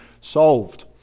solved